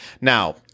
Now